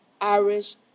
Irish